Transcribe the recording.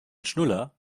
schnuller